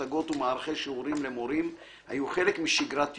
הצגות ומערכי שיעורים למורים היו חלק משגרת יומה,